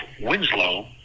Winslow